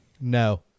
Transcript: No